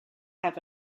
have